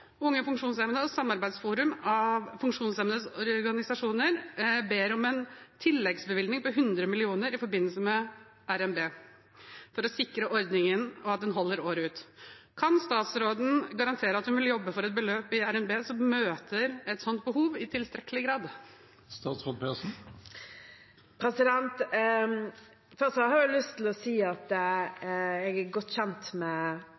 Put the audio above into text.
Unge funksjonshemmede og Samarbeidsforumet av funksjonshemmedes organisasjoner ber om en tilleggsbevilgning på 100 mill. kr i forbindelse med RNB for å sikre ordningen og at den holder året ut. Kan statsråden garantere at hun vil jobbe for et beløp i RNB som møter et slikt behov i tilstrekkelig grad? Først har jeg lyst til å si jeg er godt kjent med